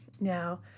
Now